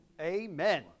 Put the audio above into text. Amen